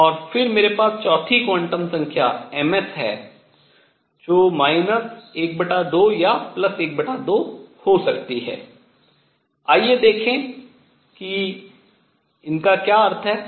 और फिर मेरे पास चौथी क्वांटम संख्या ms है जो 12 या 12 हो सकती है आइए देखें कि इनका क्या अर्थ है